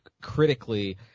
critically